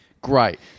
great